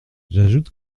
j’ajoute